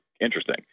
interesting